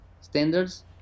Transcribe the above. standards